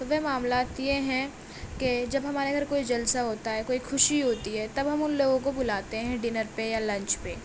تو وہ معاملات یہ ہیں کہ جب ہمارے گھر کوئی جلسہ ہوتا ہے کوئی خوشی ہوتی ہے تب ہم ان لوگوں کو بلاتے ہیں ڈنر پہ یا لنچ پہ